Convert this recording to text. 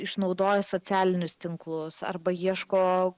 išnaudoja socialinius tinklus arba ieško